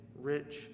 Rich